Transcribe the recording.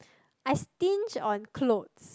I stinge on clothes